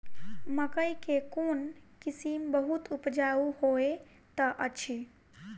मकई केँ कोण किसिम बहुत उपजाउ होए तऽ अछि?